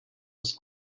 was